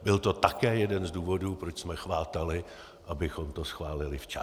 Byl to také jeden z důvodů, proč jsme chvátali, abychom to schválili včas.